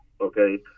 Okay